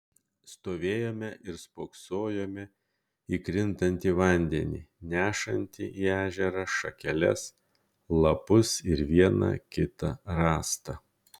stovėjome ir spoksojome į krintantį vandenį nešantį į ežerą šakeles lapus ir vieną kitą rąstą